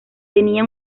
tenía